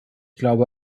glaube